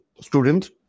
students